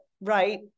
right